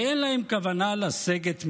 ואין להם כוונה לסגת מהם.